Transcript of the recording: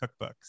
cookbooks